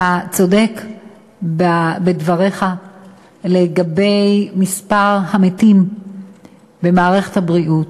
אתה צודק בדבריך לגבי מספר המתים במערכת הבריאות